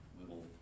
little